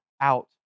out